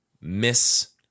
miss